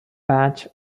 patch